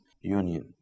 union